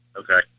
Okay